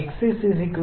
നമുക്ക് x6 0